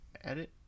edit